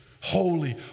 Holy